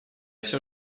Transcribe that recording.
все